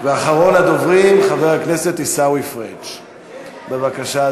אחרון הדוברים, חבר הכנסת עיסאווי פריג' בבקשה,